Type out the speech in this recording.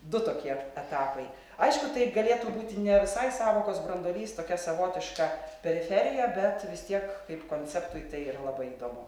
du tokie et etapai aišku tai galėtų būti ne visai sąvokos branduolys tokia savotiška periferija bet vis tiek kaip konceptui tai yra labai įdomu